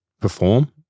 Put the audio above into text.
perform